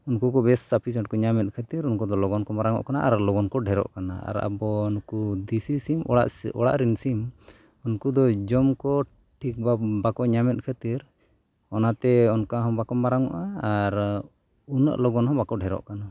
ᱩᱱᱠᱩ ᱠᱚ ᱵᱮᱥ ᱥᱟᱯᱤᱥᱮᱱᱴ ᱠᱚ ᱧᱟᱢᱮᱜ ᱠᱷᱟᱹᱛᱤᱨ ᱩᱱᱠᱩ ᱫᱚ ᱞᱚᱜᱚᱱ ᱠᱚ ᱢᱟᱨᱟᱝᱚᱜ ᱠᱟᱱᱟ ᱟᱨ ᱞᱚᱜᱚ ᱠᱚ ᱰᱷᱮᱹᱨᱚᱜ ᱠᱟᱱᱟ ᱟᱨ ᱟᱵᱚ ᱱᱩᱠᱩ ᱫᱮᱥᱤ ᱥᱤᱢ ᱚᱲᱟᱜ ᱨᱮᱱ ᱥᱤᱢ ᱩᱱᱠᱩ ᱫᱚ ᱡᱚᱢ ᱠᱚ ᱴᱷᱤᱠ ᱴᱷᱟᱠ ᱵᱟᱠᱚ ᱧᱟᱢᱮᱜ ᱠᱷᱟᱹᱛᱤᱨ ᱚᱱᱟᱛᱮ ᱚᱱᱠᱟ ᱦᱚᱸ ᱵᱟᱠᱚ ᱢᱟᱨᱟᱝ ᱚᱜᱼᱟ ᱟᱨ ᱩᱱᱟᱹᱜ ᱞᱚᱜᱚᱱ ᱦᱚᱸ ᱵᱟᱠᱚ ᱰᱷᱮᱹᱨᱚᱜ ᱠᱟᱱᱟ